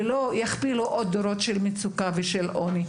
ולא יכפילו עוד דורות של מצוקה ושל עוני,